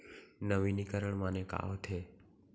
नवीनीकरण माने का होथे?